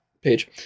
Page